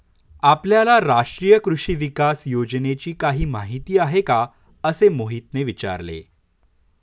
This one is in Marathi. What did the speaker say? आपल्याला राष्ट्रीय कृषी विकास योजनेची काही माहिती आहे का असे मोहितने विचारले?